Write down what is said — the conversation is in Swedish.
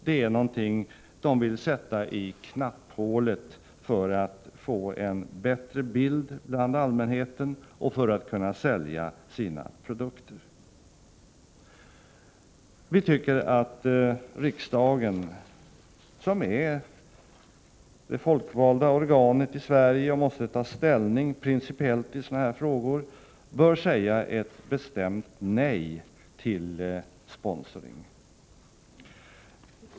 Det är någonting de vill sätta i knapphålet för att förbättra den bild allmänheten har av dem och för att kunna sälja sina produkter. Vi tycker att riksdagen, som är det folkvalda organet i Sverige och principiellt måste ta ställning i sådana frågor, bör säga ett bestämt nej till sponsring.